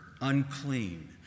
unclean